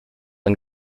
ein